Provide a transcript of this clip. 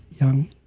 young